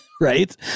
Right